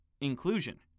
Inclusion